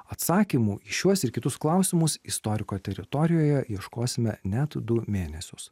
atsakymų į šiuos ir kitus klausimus istoriko teritorijoje ieškosime net du mėnesius